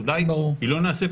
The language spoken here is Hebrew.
אולי היא לא נעשית,